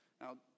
Now